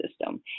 system